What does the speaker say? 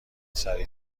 سریع